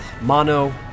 Mono